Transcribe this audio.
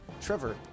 Trevor